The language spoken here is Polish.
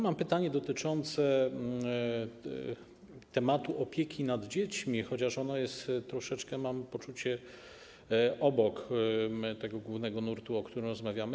Mam pytanie dotyczące tematu opieki nad dziećmi, chociaż ono jest troszeczkę, mam takie odczucie, obok tego głównego nurtu, o którym rozmawiamy.